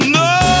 no